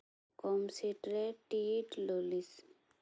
ᱠᱚᱢᱥᱮᱴ ᱨᱮ ᱴᱤᱭᱤᱴ ᱞᱚᱞᱤᱥ